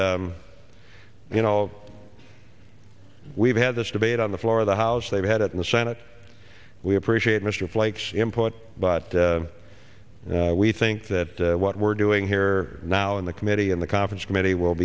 but you know we've had this debate on the floor of the house they've had it in the senate we appreciate mr blake's import but we think that what we're doing here now in the committee in the conference committee will